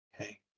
Okay